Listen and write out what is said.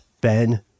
Ben